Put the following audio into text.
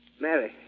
Mary